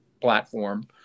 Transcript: platform